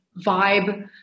vibe